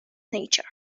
nature